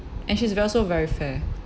and she's ver~ also very fair